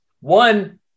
one